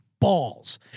balls